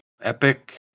epic